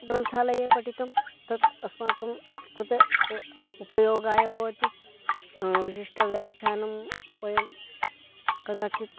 ग्रन्थालये पठितं तत् अस्माकं कृते अ उपयोगाय भवति विशिष्टव्याख्यानं वयं कदाचित्